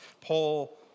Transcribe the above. Paul